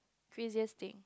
craziest thing